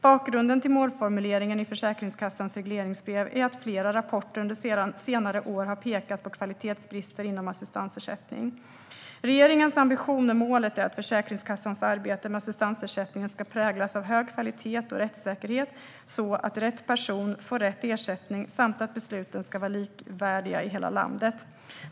Bakgrunden till målformuleringen i Försäkringskassans regleringsbrev är att flera rapporter under senare år har pekat på kvalitetsbrister inom assistansersättningen. Regeringens ambition med målet är att Försäkringskassans arbete med assistansersättningen ska präglas av hög kvalitet och rättssäkerhet så att rätt person får rätt ersättning samt att besluten ska vara likvärdiga i hela landet.